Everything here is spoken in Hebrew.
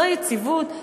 זו יציבות?